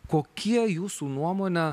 kokie jūsų nuomone